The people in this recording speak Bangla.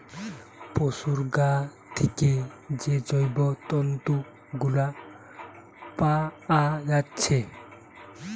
পোশুর গা থিকে যে জৈব তন্তু গুলা পাআ যাচ্ছে